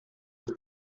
the